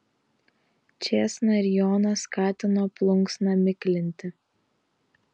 čėsna ir joną skatino plunksną miklinti